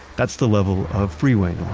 that's the level of freeway